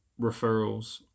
referrals